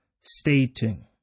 stating